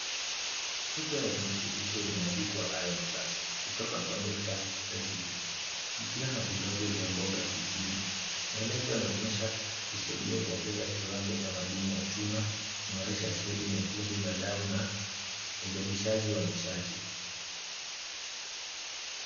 Chupa ya virutubisho imeandikwa Iron Plus kutoa kwa Doctor's Recipe, ikiwa na vidonge vya mboga sitini. Maelezo yanaonyesha husaidia kuongeza kiwango cha madini ya chuma, kuimarisha seli nyekundu za damu na uzalishaji wa nishati.